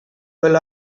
will